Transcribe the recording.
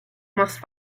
más